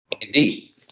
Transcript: Indeed